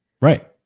right